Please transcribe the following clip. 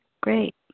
great